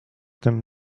them